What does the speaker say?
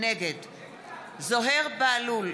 נגד זוהיר בהלול,